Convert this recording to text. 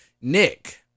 Nick